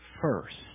first